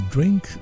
Drink